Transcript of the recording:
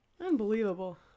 Unbelievable